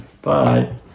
Bye